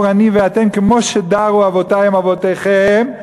אני ואתם כמו שדרו אבותי עם אבותיכם?